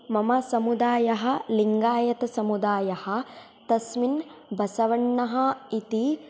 मम समुदायः लिङ्गायतसमुदायः तस्मिन् बसवण्णः इति